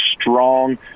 strong